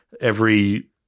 every-